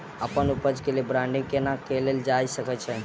अप्पन उपज केँ ब्रांडिंग केना कैल जा सकैत अछि?